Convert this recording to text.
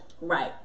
Right